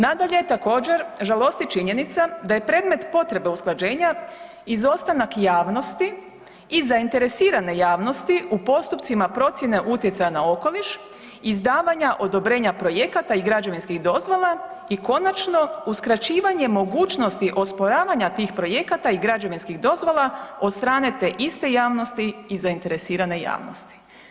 Nadalje, također žalosti činjenica da je predmet potrebe usklađenja izostanak javnosti i zainteresirane javnosti u postupcima procjene utjecaja na okoliš, izdavanja odobrenja projekata i građevinskih dozvola i konačno uskraćivanje mogućnosti osporavanja tih projekata i građevinskih dozvola od strane te iste javnosti i zainteresirane javnosti.